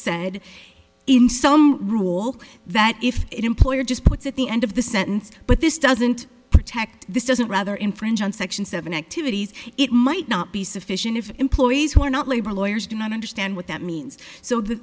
said in some rule that if employer just puts at the end of the sentence but this doesn't protect this doesn't rather infringe on section seven activities it might not be sufficient if employees who are not labor lawyers do not understand what that means so